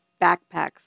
backpacks